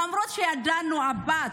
למרות שידענו שהבת,